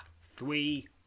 Three